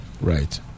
Right